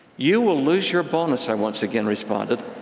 you will lose your bonus, i once again responded.